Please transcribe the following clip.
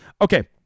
Okay